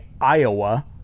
Iowa